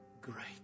great